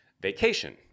Vacation